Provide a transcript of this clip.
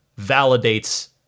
validates